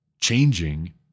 changing